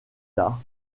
tard